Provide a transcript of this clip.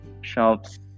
shops